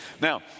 Now